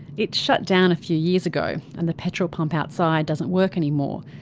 it shut down a few years ago and the petrol pump outside doesn't work anymore,